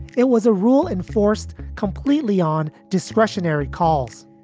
it was a rule enforced completely on discretionary calls.